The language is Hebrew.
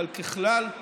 אבל ככלל,